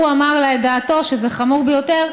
הוא אמר לה את דעתו, שזה חמור ביותר,